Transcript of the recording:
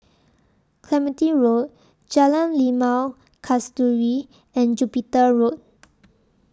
Clementi Road Jalan Limau Kasturi and Jupiter Road